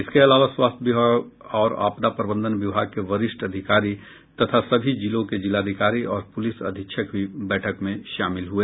इसके अलावा स्वास्थ्य विभाग और आपदा प्रबंधन विभाग के वरिष्ठ अधिकारी तथा सभी जिलों के जिलाधिकारी और पुलिस अधीक्षक भी बैठक में शामिल हुए